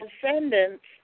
descendants